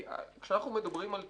כשאנחנו מדברים על תשלום,